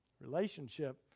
Relationship